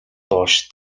доош